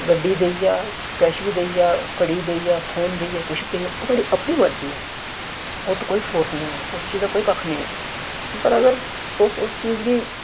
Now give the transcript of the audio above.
गड्डी देई जा किश बी देई जा घड़ी देई जा फोन देई जा किश बी देई जा ओह् नुहाड़ी अपनी मर्जी ऐ ओह् ते कोई फोर्स नेईं ऐ उस चीज का कोई कक्ख नेईं ऐ पर अगर तुस उस चीज गी